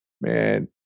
man